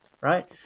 right